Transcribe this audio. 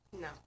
No